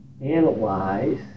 analyze